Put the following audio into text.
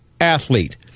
athlete